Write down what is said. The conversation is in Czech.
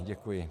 Děkuji.